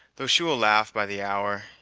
though she will laugh by the hour.